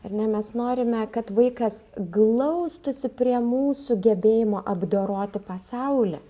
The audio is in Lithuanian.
ar ne mes norime kad vaikas glaustųsi prie mūsų gebėjimo apdoroti pasaulį